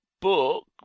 book